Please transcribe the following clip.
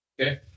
Okay